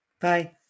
Bye